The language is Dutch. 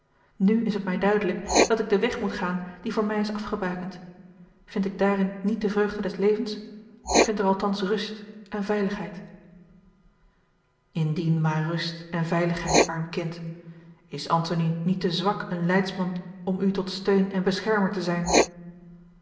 nu is het mij duidelijk dat ik den weg moet gaan die voor mij is afgebakend vind ik daarin niet de vreugde des levens ik vinde er althans rust en veiligheid indien maar rust en veiligheid arm kind is antony niet te zwak een leidsman om u tot steun en beschermer te zijn